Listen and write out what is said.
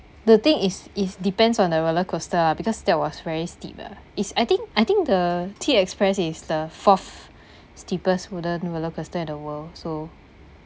the thing is is depends on the roller coaster ah because that was very steep ah is I think I think the T express is the fourth steepest wooden roller coaster in the world so